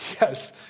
Yes